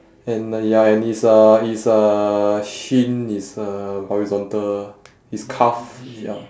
and the ya and his uh his uh shin is uh horizontal his calf ya